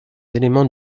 éléments